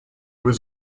was